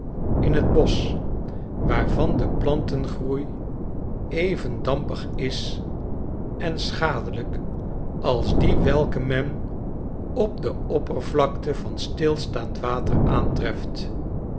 in t bosch waarvan de plantengroei even dampig is en schadelijk als die welke men op de oppervlakte van stilstaand water aantreft